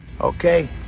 okay